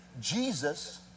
Jesus